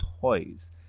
toys